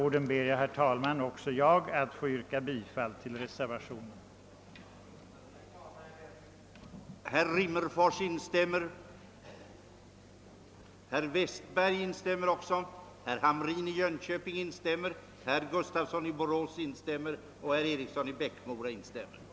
Med dessa få ord ber också jag att få yrka bifall till reservationen 1 av herr Eric Gustaf Peterson m.fl.